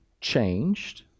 changed